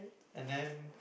and then